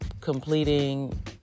completing